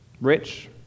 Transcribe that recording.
rich